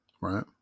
right